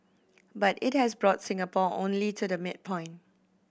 but it has brought Singapore only to the midpoint